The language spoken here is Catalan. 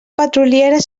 petroliera